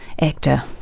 actor